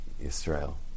Israel